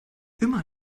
immer